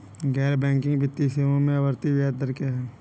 गैर बैंकिंग वित्तीय सेवाओं में आवर्ती ब्याज दर क्या है?